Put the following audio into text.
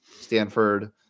Stanford